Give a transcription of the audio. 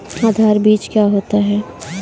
आधार बीज क्या होता है?